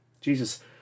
Jesus